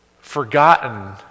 forgotten